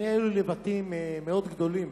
היו לי לבטים מאוד גדולים